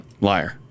Liar